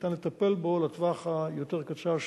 שניתן לטפל בו לטווח היותר קצר,